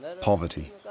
Poverty